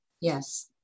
Yes